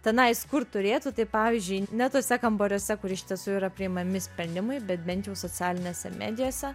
tenai kur turėtų tai pavyzdžiui ne tuose kambariuose kur iš tiesų yra priimami sprendimai bet bent jau socialinėse medijose